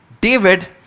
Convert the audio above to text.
David